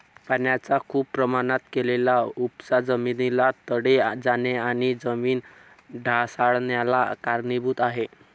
पाण्याचा खूप प्रमाणात केलेला उपसा जमिनीला तडे जाणे आणि जमीन ढासाळन्याला कारणीभूत आहे